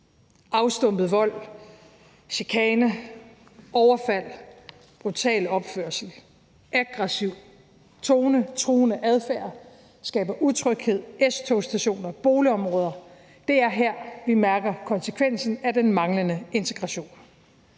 Afstumpet vold, chikane, overfald, brutal opførsel, aggressiv tone og truende adfærd skaber utryghed på S-togsstationer og i boligområder. Det er her, vi mærker konsekvensen af den manglende integration.